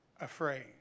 afraid